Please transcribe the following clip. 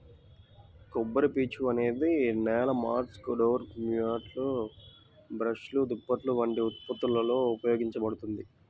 కొబ్బరిపీచు అనేది నేల మాట్స్, డోర్ మ్యాట్లు, బ్రష్లు, దుప్పట్లు వంటి ఉత్పత్తులలో ఉపయోగించబడుతుంది